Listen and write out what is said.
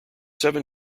seven